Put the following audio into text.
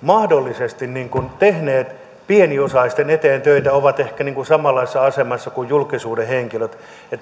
mahdollisesti myös tehneet pieniosaisten eteen töitä ovat ehkä samanlaisessa asemassa kuin julkisuuden henkilöt